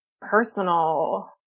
personal